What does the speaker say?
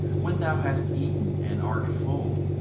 when thou hast eaten and art full,